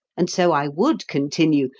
and so i would continue,